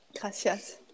Gracias